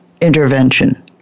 intervention